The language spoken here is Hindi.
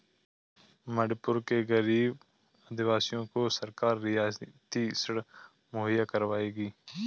मणिपुर के गरीब आदिवासियों को सरकार रियायती ऋण मुहैया करवाएगी